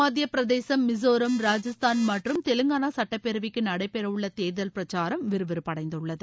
மத்தியப்பிரதேசம் மிசோரம் ராஜஸ்தான் மற்றும் தெலங்கானா சுட்டப்பேரவைக்கு நடைபெறவுள்ள தேர்தல் பிரச்சாரம் விறுவிறுப்படைந்துள்ளது